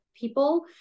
people